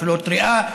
מחלות ריאה,